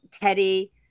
teddy